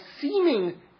seeming